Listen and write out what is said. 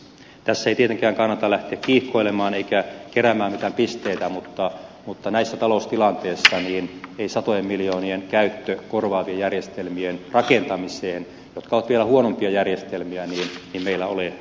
tässä ei tietenkään kannata lähteä kiihkoilemaan eikä keräämään mitään pisteitä mutta tässä taloustilanteessa satojen miljoonien käyttöön korvaavien järjestelmien rakentamiseen jotka ovat vielä huonompia järjestelmiä meillä ei ole varaa